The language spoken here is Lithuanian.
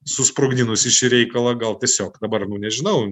susprogdinusi šį reikalą gal tiesiog dabar nu nežinau